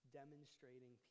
demonstrating